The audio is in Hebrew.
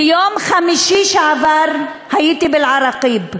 ביום חמישי שעבר הייתי באל-עראקיב,